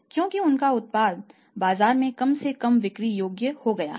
क्योंकि उनका उत्पाद बाजार में कम से कम बिक्री योग्य हो गया है